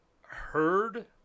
heard